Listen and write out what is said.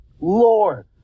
Lord